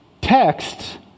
text